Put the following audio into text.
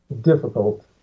difficult